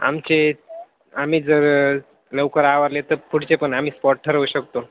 आमचे आम्ही जर लवकर आवरले तर पुढचे पण आम्ही स्पॉट ठरवू शकतो